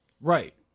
Right